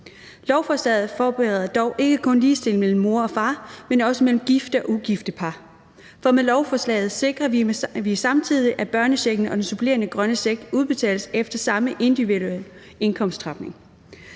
Lovforslaget forbedrer dog ikke kun ligestillingen mellem moren og faren, men også mellem gifte og ugifte par, for med lovforslaget sikrer vi samtidig, at børnechecken og den supplerende grønne check udbetales efter samme individuelle indkomstaftrapning.